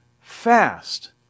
fast